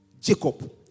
Jacob